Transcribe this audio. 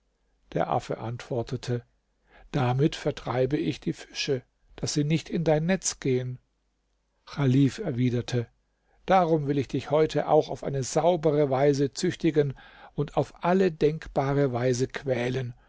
der affe antwortete damit vertreibe ich die fische daß sie nicht in dein netz gehen chalif erwiderte darum will ich dich heute auch auf eine saubere weise züchtigen und auf alle denkbare weise quälen